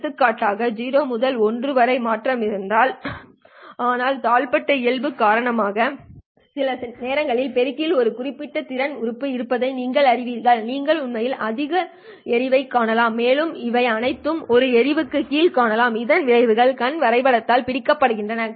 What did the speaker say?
எடுத்துக்காட்டாக 0 முதல் 1 வரை மாற்றம் இருந்தால் ஆனால் தாழ்பட்டை இயல்பு காரணமாக சில நேரங்களில் பெருக்கியில் ஒரு குறிப்பிட்ட திறன் உறுப்பு இருப்பதை நீங்கள் அறிவீர்கள் நீங்கள் உண்மையில் அதிக எறிவைக் காணலாம் மேலும் இவை அனைத்தும் ஒரு எறிவுக்கு கீழ் காணலாம் இதன் விளைவுகள் கண் வரைபடத்தால் பிடிக்கப்படுகின்றன